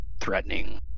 threatening